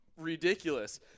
ridiculous